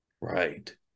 right